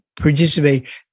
participate